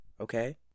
okay